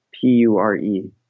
P-U-R-E